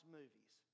movies